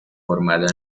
formando